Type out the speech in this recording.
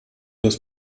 des